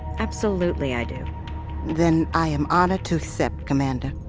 absolutely i do then i am honored to accept, commander.